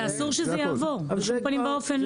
אסור שזה יעבור, בשום פנים ואופן לא.